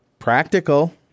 Practical